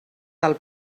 del